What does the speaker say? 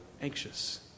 anxious